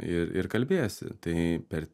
ir ir kalbiesi tai per